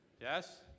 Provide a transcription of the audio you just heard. Yes